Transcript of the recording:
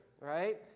right